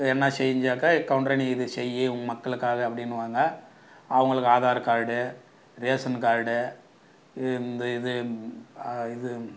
எதுனா செய்ஞ்சாக்கா கவுண்டரே நீ இது செய் உன் மக்களுக்காக அப்படின்னுவாங்க அவங்களுக்கு ஆதார் கார்டு ரேஷன் கார்டு இந்த இது இது